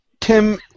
Tim